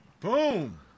Boom